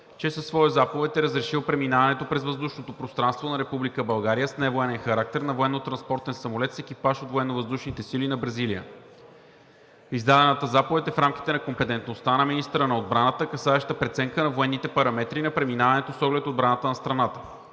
че със своя заповед е разрешил преминаването през въздушното пространство на Република България с невоенен характер на военнотранспортен самолет с екипаж от Военновъздушните сили на Бразилия. Издадената заповед е в рамките на компетентността на министъра на отбраната, касаеща преценка на военните параметри на преминаването с оглед отбраната на страната.